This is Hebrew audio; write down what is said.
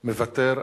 מוותר.